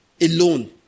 alone